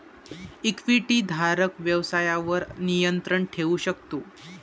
इक्विटीधारक व्यवसायावर नियंत्रण ठेवू शकतो